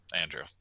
Andrew